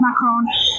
Macron